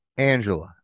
Angela